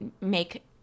make